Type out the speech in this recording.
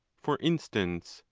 for instance,